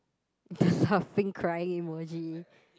the laughing crying emoji